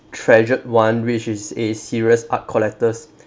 treasured one which is a serious art collectors